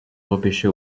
repêché